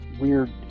weird